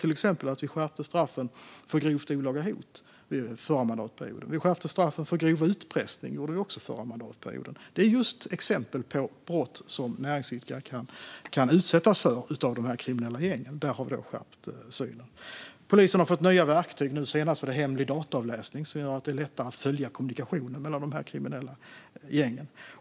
Till exempel skärpte vi straffen för grovt olaga hot under den förra mandatperioden. Vi skärpte straffen för grov utpressning, också under den förra mandatperioden. Detta är exempel på just sådana brott som näringsidkare kan utsättas för av de kriminella gängen och där vi har skärpt synen. Polisen har fått nya verktyg. Senast var det hemlig dataavläsning som gör det lättare att följa kommunikationen mellan de kriminella gängen.